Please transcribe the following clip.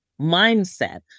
mindset